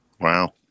Wow